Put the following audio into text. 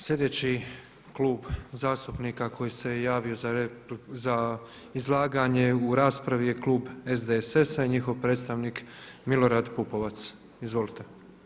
Sljedeći klub zastupnika koji se javio za izlaganje u raspravi je klub SDSS-a i njihov predstavnik Milorad Pupovac, izvolite.